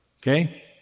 okay